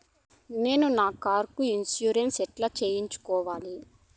నేను నా కారుకు ఇన్సూరెన్సు ఎట్లా సేసుకోవాలి